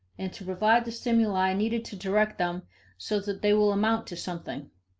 and to provide the stimuli needed to direct them so that they will amount to something.